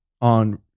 on